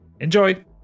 Enjoy